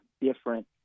different